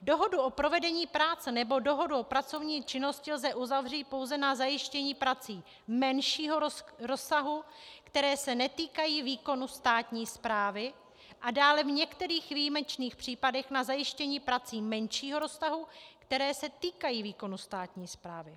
Dohodu o provedení práce nebo dohodu o pracovní činnosti lze uzavřít pouze na zajištění prací menšího rozsahu, které se netýkají výkonu státní správy, a dále v některých výjimečných případech na zajištění prací menšího rozsahu, které se týkají výkonu státní správy.